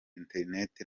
internet